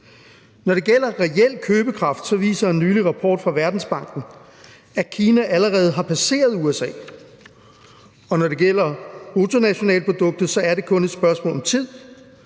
Når det gælder reel købekraft, viser en nylig rapport fra Verdensbanken, at Kina allerede har passeret USA, og når det gælder bruttonationalproduktet, er det kun et spørgsmål om tid.